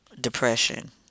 depression